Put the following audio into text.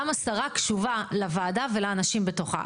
גם השרה קשובה לוועדה ולאנשים בתוכה.